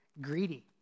greedy